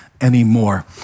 anymore